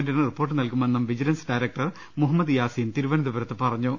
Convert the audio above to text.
ന് റിപ്പോർട്ട് നൽകു മെന്നും വിജില്ലൻസ് ഡയറക്ടർ മുഹമ്മദ് യാസിം തിരുവനന്തപു രത്ത് പറഞ്ഞു